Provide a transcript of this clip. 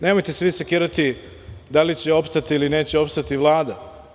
Prema tome, nemojte se sekirati da li će opstati ili neće opstati Vlada.